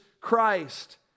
Christ